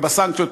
ובסנקציות.